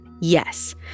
yes